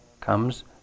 comes